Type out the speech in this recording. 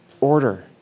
order